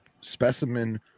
specimen